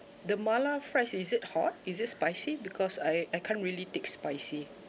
the mala fries is it hot is it spicy because I I can't really take spicy